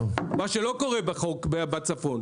מה שלא קורה בחוק בצפון.